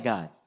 God